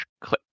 click